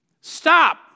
Stop